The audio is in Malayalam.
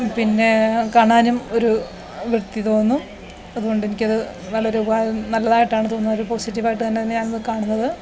പിന്നെ കാണാനും ഒരു വൃത്തി തോന്നും അതുകൊണ്ട് എനിക്കത് വളരെ ഉപകാരം നല്ലതായിട്ടാണ് തോന്നുന്നരു പോസിറ്റീവായിട്ട് തന്നെ ഞാനത് കാണുന്നത്